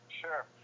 Sure